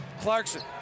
Clarkson